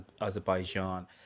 Azerbaijan